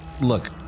Look